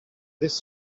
this